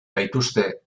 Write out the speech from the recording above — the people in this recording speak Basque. gaituzte